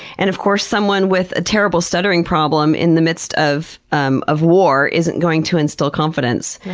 and of course someone with a terrible stuttering problem in the midst of um of war isn't going to instill confidence.